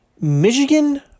Michigan